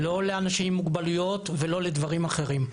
לא לאנשים עם מוגבלויות ולא לדברים אחרים.